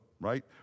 right